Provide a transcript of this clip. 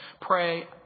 pray